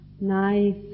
nice